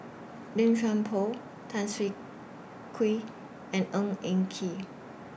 Lim Chuan Poh Tan Siah Kwee and Ng Eng Kee